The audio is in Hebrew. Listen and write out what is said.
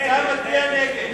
אתה מצביע נגד.